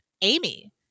Amy